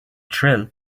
thrill